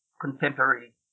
contemporary